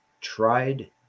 tried